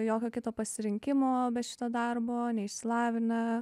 jokio kito pasirinkimo be šito darbo neišsilavinę